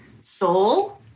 soul